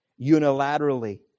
unilaterally